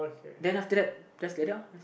then after that just like that uh